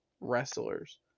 wrestlers